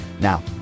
Now